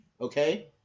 Okay